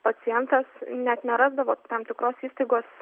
pacientas net nerasdavo tam tikros įstaigos